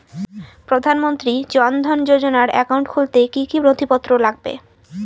প্রধানমন্ত্রী জন ধন যোজনার একাউন্ট খুলতে কি কি নথিপত্র লাগবে?